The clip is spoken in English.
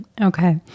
Okay